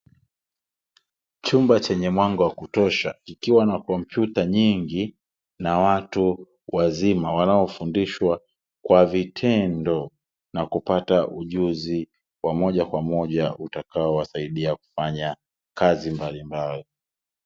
Chumba chenye mwanga wa kutosha kikiwa na kompyuta nyingi na watu wazima wanaofundishwa kwa vitendo, na kupata ujuzi wa moja kwa moja utakaowasaidia kufanya kazi mbalimbali.